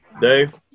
Dave